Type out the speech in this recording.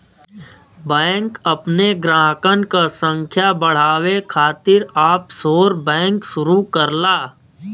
bank अपने ग्राहकन क संख्या बढ़ावे खातिर ऑफशोर बैंक शुरू करला